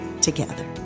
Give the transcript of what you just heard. together